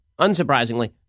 unsurprisingly